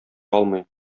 алмый